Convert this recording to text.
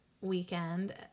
weekend